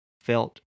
felt